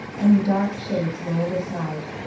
and the dark shades rolled aside.